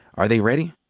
are they ready?